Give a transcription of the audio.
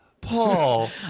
Paul